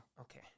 Okay